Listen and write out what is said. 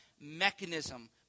mechanism